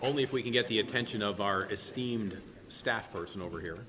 only if we can get the attention of our esteemed staff person over here